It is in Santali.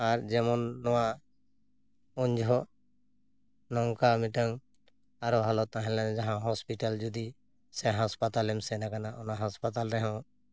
ᱟᱨ ᱡᱮᱢᱚᱱ ᱱᱚᱣᱟ ᱩᱱ ᱡᱚᱦᱚᱜ ᱱᱚᱝᱠᱟ ᱢᱤᱫᱴᱟᱝ ᱟᱨᱚ ᱦᱟᱞᱚᱛ ᱛᱟᱦᱮᱸ ᱞᱮᱱᱟ ᱡᱟᱦᱟᱸ ᱦᱳᱥᱯᱤᱴᱟᱞ ᱡᱩᱫᱤ ᱥᱮ ᱦᱟᱥᱯᱟᱛᱟᱞᱮᱢ ᱥᱮᱱ ᱟᱠᱟᱱᱟ ᱚᱱᱟ ᱦᱟᱥᱯᱟᱛᱟᱞ ᱨᱮᱦᱚᱸ